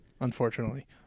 unfortunately